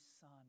Son